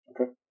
Okay